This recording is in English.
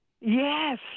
Yes